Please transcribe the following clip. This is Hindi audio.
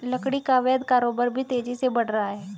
लकड़ी का अवैध कारोबार भी तेजी से बढ़ रहा है